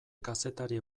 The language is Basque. kazetari